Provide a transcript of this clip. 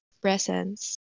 presence